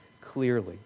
clearly